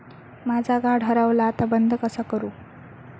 माझा कार्ड हरवला आता बंद कसा करू?